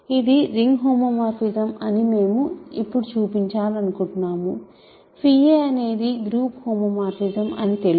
ఇది ring homomorphism అని మేము ఇప్పుడు చూపించాలనుకుంటున్నాము a అనేది గ్రూప్ హోమోమార్ఫిజం అని తెలుసు